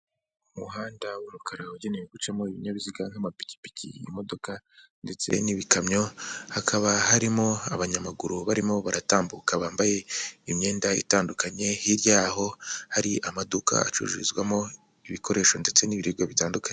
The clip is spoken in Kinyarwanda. Umuhanda w'umukara wagenewe gucamo ibinyabiziga nk'amapikipiki, imodoka ndetse n'ibikamyo, hakaba harimo abanyamaguru barimo baratambuka bambaye imyenda itandukanye, hirya y'aho hari amaduka acururizwamo ibikoresho ndetse n'ibibiribwa bitandukanye.